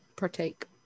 Partake